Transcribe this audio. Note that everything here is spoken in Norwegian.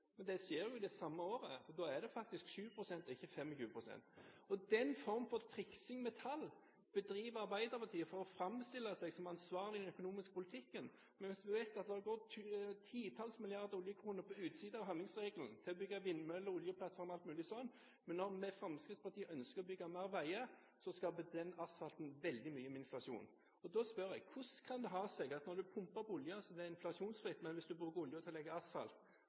Men det skjer jo i det samme året, og da er det faktisk 20 pst. og ikke 25 pst. Den form for triksing med tall bedriver Arbeiderpartiet for å framstille seg som ansvarlige i den økonomiske politikken. Vi vet at det har gått titalls milliarder oljekroner på utsiden av handlingsregelen til å bygge vindmøller og oljeplattformer og alt mulig sånt, men når vi i Fremskrittspartiet ønsker å bygge mer veier, så skaper den asfalten veldig mye inflasjon. Og da spør jeg: Hvordan kan det ha seg at når du pumper opp olja så er det inflasjonsfritt, men hvis du bruker olja til å legge asfalt